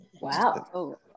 Wow